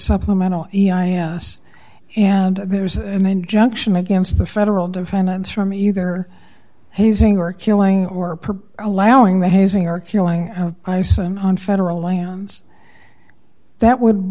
supplemental e i a s and there is an injunction against the federal defendants from either hazing or killing or allowing the hazing or killing eisen on federal lands that would